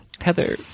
heather